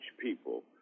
people